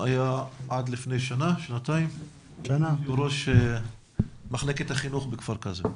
היה עד לפני כשנה ראש מחלקת החינוך בכפר קאסם.